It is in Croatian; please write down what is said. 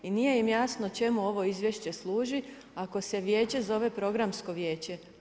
I nije im jasno čemu ovo izvješće služi, ako se vijeće zove programsko vijeće?